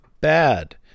bad